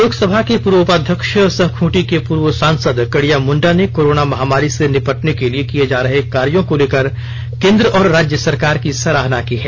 लोकसभा के पूर्व उपाध्यक्ष सह खूंटी के पूर्व सांसद कड़िया मुंडा ने कोरोना महामारी से निपटने के लिए किये जा रहे कार्यों को लेकर केंद्र और राज्य सरकार की सरहाना की है